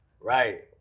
Right